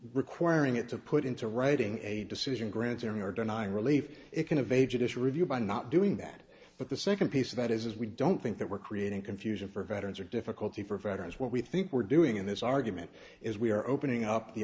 requiring it to put into writing a decision granting or denying relief it can have a judicial review by not doing that but the second piece of that is we don't think that we're creating confusion for veterans or difficulty for veterans what we think we're doing in this argument is we are opening up the